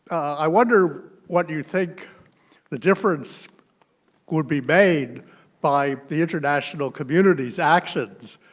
i wonder what you think the difference would be made by the international community's actions?